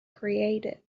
creative